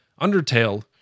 Undertale